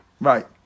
Right